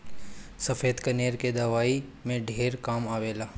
सफ़ेद कनेर के दवाई में ढेर काम आवेला